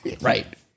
Right